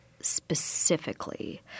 specifically